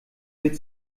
wird